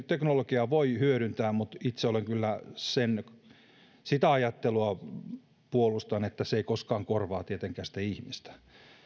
teknologiaa voi hyödyntää mutta itse kyllä sitä ajattelua puolustan että se ei koskaan tietenkään korvaa ihmistä